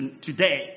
today